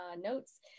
notes